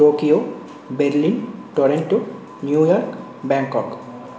Tokyo Berlin Toronto New York Bangkok